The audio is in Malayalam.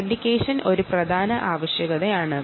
ഓതൻഡിക്കേഷൻ ഒരു പ്രധാന ആവശ്യകതയാണ്